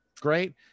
great